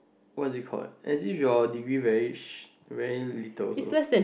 what's you called have is your degree very sh~ very little also